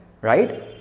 right